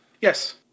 yes